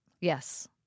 Yes